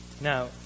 Now